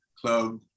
club